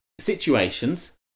situations